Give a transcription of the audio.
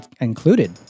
included